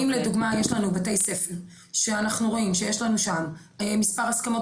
אם לדוגמא יש לנו בתי ספר שאנחנו רואים שיש לנו שם מספר הסכמות